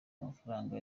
amafaranga